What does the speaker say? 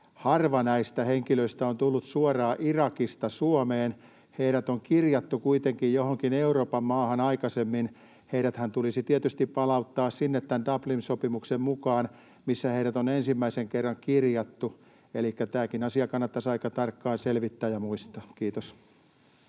harva näistä henkilöistä on tullut suoraan Irakista Suomeen. Heidät on kirjattu kuitenkin johonkin Euroopan maahan aikaisemmin. Heidäthän tulisi tietysti palauttaa tämän Dublin-sopimuksen mukaan sinne, missä heidät on ensimmäisen kerran kirjattu. Elikkä tämäkin asia kannattaisi aika tarkkaan selvittää ja muistaa. — Kiitos.